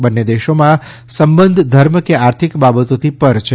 બંને દેશોના સંબંધ ધર્મ કે આર્થિક બાબતોથી પર છે